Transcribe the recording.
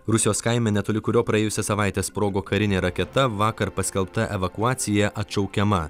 rusijos kaime netoli kurio praėjusią savaitę sprogo karinė raketa vakar paskelbta evakuacija atšaukiama